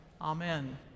Amen